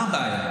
מה הבעיה?